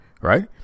right